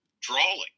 drawing